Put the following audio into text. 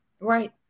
Right